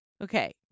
Okay